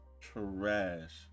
trash